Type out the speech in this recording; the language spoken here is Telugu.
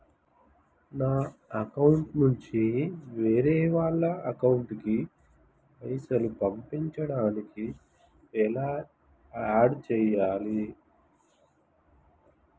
నా అకౌంట్ నుంచి వేరే వాళ్ల అకౌంట్ కి పైసలు పంపించడానికి ఎలా ఆడ్ చేయాలి?